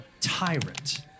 tyrant